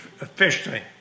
officially